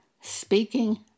speaking